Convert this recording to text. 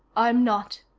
i'm not,